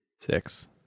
Six